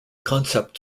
concept